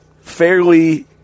fairly